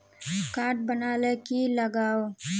Card बना ले की लगाव?